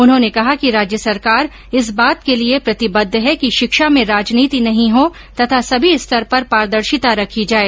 उन्होंने कहा कि राज्य सरकार इस बात के लिए प्रतिबद्ध है कि शिक्षा में राजनीति नहीं हो तथा सभी स्तर पर पारदर्शिता रखी जाए